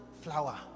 flour